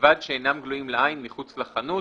ובלבד שאינם גלויים לעין מחוץ לחנות".